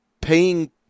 paying